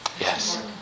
Yes